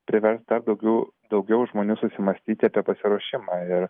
privers dar daugiau daugiau žmonių susimąstyti apie pasiruošimą ir